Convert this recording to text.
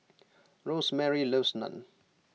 Rosemary loves Naan